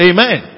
Amen